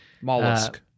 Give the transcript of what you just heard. Mollusk